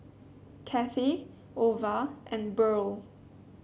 Cathey Ova and Burl